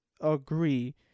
agree